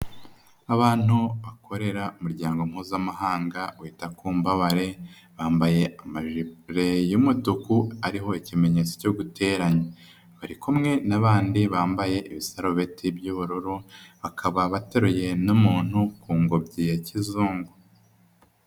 Abantu bakorera umuryango mpuzamahanga wita ku mbabare, bambaye amajire y'umutuku ariho ikimenyetso cyo guteranya. Bari kumwe n'abandi bambaye ibisarobeti by'ubururu, bakaba bateruye n'umuntu ku ngobyi ya kizungu.